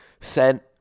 sent